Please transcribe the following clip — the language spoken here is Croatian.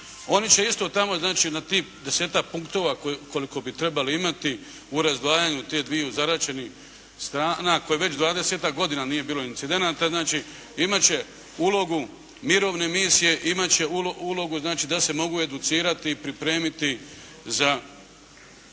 Oni će isto tamo znači na tih desetak punktova koliko bi trebali imati u razdvajanju tih dviju zaraćenih strana koje već dvadesetak godina nije bilo incidenata, znači imat će ulogu mirovine misije, imat će ulogu znači da se mogu educirati, pripremiti za